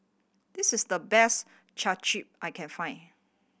this is the best Japchae I can find